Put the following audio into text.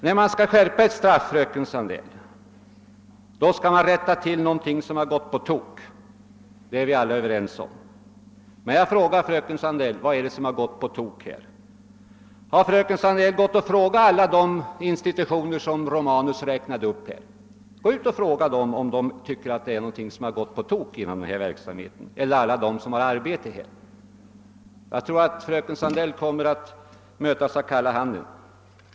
När man skärper ett straff skall det vara för att rätta till något som gått på tok — det är vi alla överens om. Jag vill fråga fröken Sandeil: Vad är det som har gått på tok här? Gå ut och fråga alla de institutioner som herr Romanus räknade upp om de tycker att det är någonting som gått på tok inom denna verksamhet! Eller fråga alia dem som får arbete genom denna verksamhet! Jag tror att fröken Sandell kommer att mötas av kalla handen.